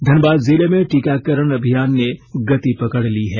धनबाद जिले में टीकाकरण अभियान ने गति पकड़ ली है